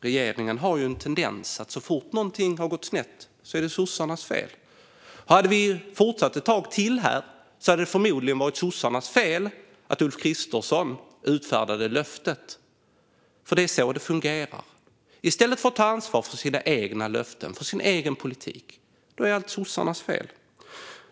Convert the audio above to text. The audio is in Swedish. regeringen har en tendens att så fort någonting har gått snett säga att det är sossarnas fel. Hade vi fortsatt debattera ett tag till hade det förmodligen sagts att det var sossarnas fel att Ulf Kristersson utfärdade löftet. Det är så det fungerar. I stället för att ta ansvar för sina egna löften och sin egen politik säger regeringen att allt är sossarnas fel.